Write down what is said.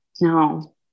no